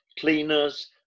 cleaners